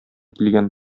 килгән